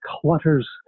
clutters